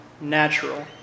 natural